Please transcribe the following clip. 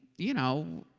you know,